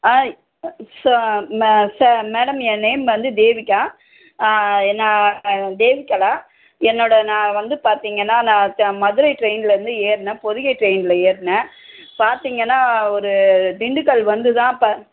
சா மே சா மேடம் ஏன் நேம் வந்து தேவிகா நான் தேவிகலா என்னோட நான் வந்து பார்த்திங்கன்னா நான் த மதுரை ட்ரெயினில் இருந்து ஏறினேன் பொதிகை ட்ரெயினில் ஏறினேன் பார்த்திங்கன்னா ஒரு திண்டுக்கல் வந்து தான் ப